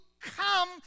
come